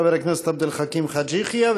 חבר הכנסת עבד אל חכים חאג' יחיא,